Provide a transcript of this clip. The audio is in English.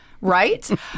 Right